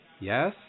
Yes